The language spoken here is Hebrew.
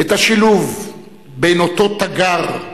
את השילוב בין אותו "תגר"